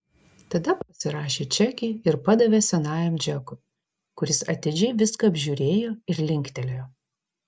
tada pasirašė čekį ir padavė senajam džekui kuris atidžiai viską apžiūrėjo ir linktelėjo